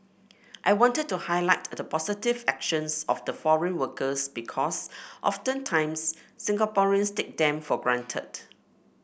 I wanted to highlight the positive actions of the foreign workers because oftentimes Singaporeans take them for granted